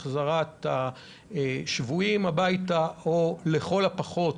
החזרת השבויים הביתה או לכל הפחות